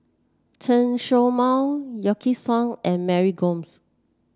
Chen Show Mao Wykidd Song and Mary Gomes